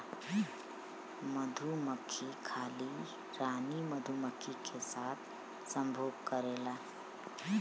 मधुमक्खी खाली रानी मधुमक्खी के साथ संभोग करेला